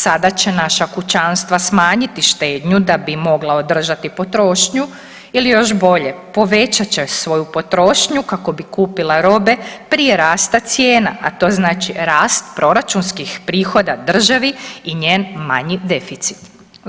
Sada će naša kućanstva smanjiti štednju da bi mogla održati potrošnju ili još bolje povećat će svoju potrošnju kako bi kupila robe prije rasta cijena, a to znači rast proračunskih prihoda državi i njen manji deficit.